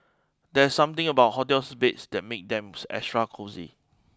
there's something about hotel beds that makes them extra cosy